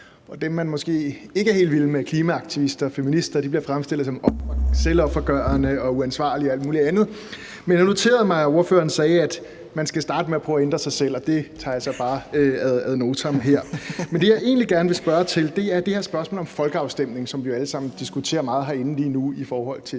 dem, man måske ikke er helt vild med, altså klimaaktivister og feminister, bliver fremstillet som selvoffergørende og uansvarlige og alt muligt andet. Men jeg noterede mig, at ordføreren sagde, at man skal starte med at prøve at ændre sig selv, og det tager jeg så bare ad notam her. Det, jeg egentlig gerne vil spørge til, er det her spørgsmål om en folkeafstemning, som vi alle sammen diskuterer meget herinde lige nu i forhold til